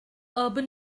urban